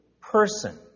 person